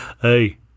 Hey